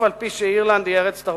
אף-על-פי שאירלנד היא ארץ תרבותית.